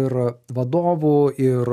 ir vadovu ir